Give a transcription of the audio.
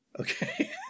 Okay